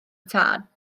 tân